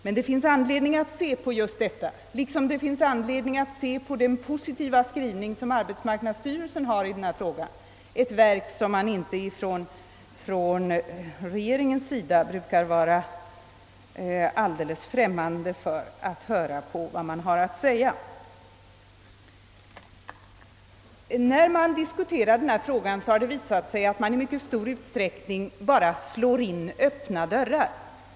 Men det finns anledning att stanna vid just detta utlåtande liksom vid den positiva skrivning som arbetsmarknadsstyrelsen gjort i denna fråga — ett verk som regeringen inte brukar vara alldeles främmande för att lyssna till. När man diskuterat denna fråga, slår man i mycket stor utsträckning bara in öppna dörrar.